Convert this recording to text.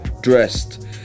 dressed